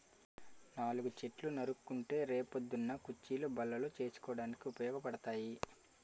నాలుగు చెట్లు నాటుకుంటే రే పొద్దున్న కుచ్చీలు, బల్లలు చేసుకోడానికి ఉపయోగపడతాయి